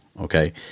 Okay